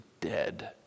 dead